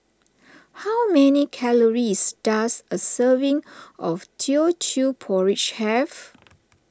how many calories does a serving of Teochew Porridge have